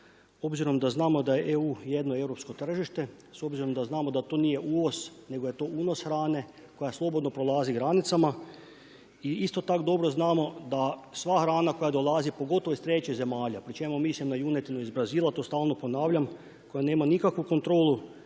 obzirom da je EU jedno europsko tržište, s obzirom da znamo da to nije uvoz nego je unos hrane koja slobodno prolazi granicama i isto tako dobro znamo da sva hrana koji dolazi pogotovo iz trećih zemalja, pri čemu mislim a junetinu iz Brazila, to stalno ponavljam koja nema nikakvu kontrolu